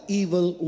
evil